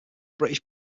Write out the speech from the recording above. british